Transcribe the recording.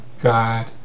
God